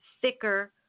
thicker